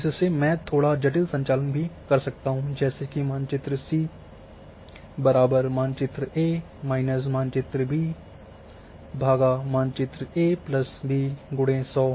और इससे मैं थोड़ा जटिल संचालन भी कर सकता हूं जैसा कि मानचित्र सी 2 मानचित्र ए मानचित्र बी ÷ मानचित्र ए बी × 100